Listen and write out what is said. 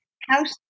house